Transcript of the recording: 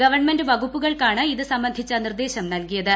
government വകുപ്പുകൾക്കാണ് ഇത് സംബന്ധിച്ച നിർദ്ദേശം നൽകിയത്